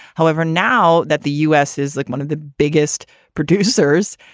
however, now that the u s. is like one of the biggest producers,